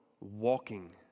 walking